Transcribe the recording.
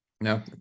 No